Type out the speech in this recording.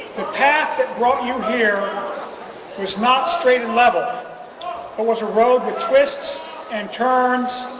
the path that brought you here was not straight and level but was a road with twists and turns,